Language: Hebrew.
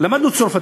למדנו צרפתית,